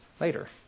later